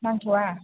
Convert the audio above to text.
नांथ'वा